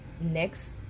next